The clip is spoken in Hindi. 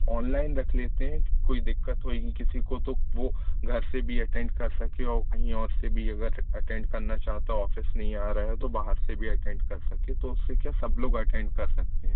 ऑनलाइन रख लेते हैं कोई दिक्कत होएगी किसी को तो वो घर से भी अटेंड कर सके और कहीं और से भी अगर अटेंड करना चाहता ऑफिस नहीं आ रहा है तो बाहर से भी अटेंड कर सके तो उससे क्या सब लोग अटेंड कर सकते हैं